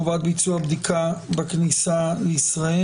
החדש (הוראת שעה) (חובת ביצוע בדיקה בכניסה לישראל)